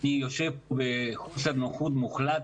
אני יושב בחוסר נוחות מוחלט.